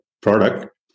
product